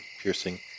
piercing